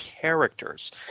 characters